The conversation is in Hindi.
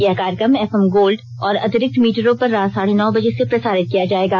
यह कार्यक्रम एफ एम गोल्ड और अतिरिक्त मीटरों पर रात साढ़े नौ बजे से प्रसारित किया जायेगा